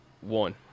one